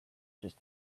just